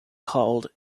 called